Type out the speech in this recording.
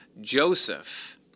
Joseph